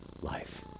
life